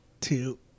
two